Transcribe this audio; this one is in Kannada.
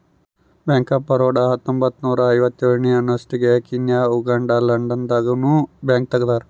ಬ್ಯಾಂಕ್ ಆಫ್ ಬರೋಡ ಹತ್ತೊಂಬತ್ತ್ನೂರ ಐವತ್ತೇಳ ಅನ್ನೊಸ್ಟಿಗೆ ಕೀನ್ಯಾ ಉಗಾಂಡ ಲಂಡನ್ ದಾಗ ನು ಬ್ಯಾಂಕ್ ತೆಗ್ದಾರ